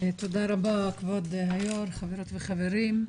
תודה רבה, כבוד היושב ראש, חברות וחברים.